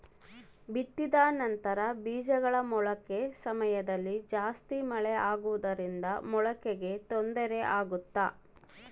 ಬಿತ್ತಿದ ನಂತರ ಬೇಜಗಳ ಮೊಳಕೆ ಸಮಯದಲ್ಲಿ ಜಾಸ್ತಿ ಮಳೆ ಆಗುವುದರಿಂದ ಮೊಳಕೆಗೆ ತೊಂದರೆ ಆಗುತ್ತಾ?